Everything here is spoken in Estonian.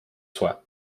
soe